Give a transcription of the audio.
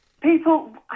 People